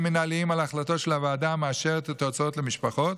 מינהליים על החלטות של הוועדה המאשרת את ההוצאות למשפחות.